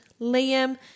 Liam